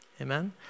Amen